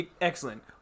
Excellent